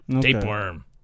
Tapeworm